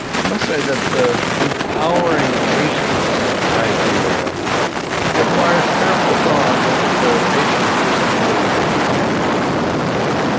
i must say that the empowering patients idea requires careful thought if the patient isn't really capable of making the decision.